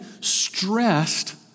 stressed